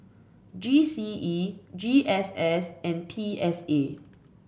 G C E G S S and P S A